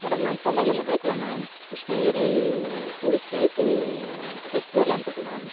madam நாங்கள் சென்னையிலேருந்து பேசுகிறோம் மேம் கிருஷ்ணகிரி டூரிஸ்ட் ப்ளேஸ்ஸு இந்த வீக்குக்கு வரலாம்னு இருக்கோம் மேம்